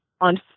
on